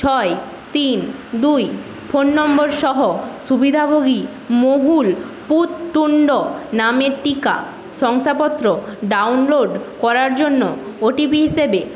ছয় তিন দুই ফোন নম্বর সহ সুবিধাভোগী মহুল পুততুণ্ড নামের টিকা শংসাপত্র ডাউনলোড করার জন্য ওটিপি হিসেবে